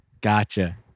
gotcha